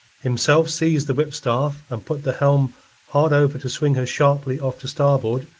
himself seized the whipstaff and put the helm hard over to swing her sharply off to starboard,